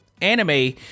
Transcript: anime